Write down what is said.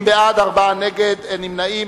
50 בעד, ארבעה נגד, אין נמנעים.